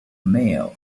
meal